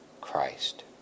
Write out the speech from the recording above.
Christ